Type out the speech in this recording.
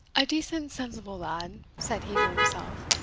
a decent sensible lad, said he to himself,